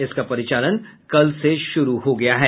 इसका परिचालन कल से शुरू हो चुका है